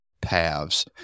paths